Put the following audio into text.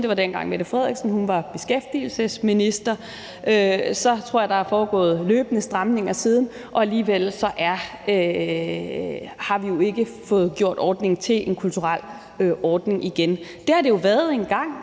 Det var dengang, fru Mette Frederiksen var beskæftigelsesminister. Jeg tror, der er foregået løbende stramninger siden, og alligevel har vi jo ikke fået gjort ordningen til en kulturel ordning igen. Det har det jo været engang.